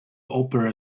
opera